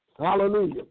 Hallelujah